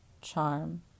charm